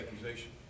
accusation